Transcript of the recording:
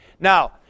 Now